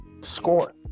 score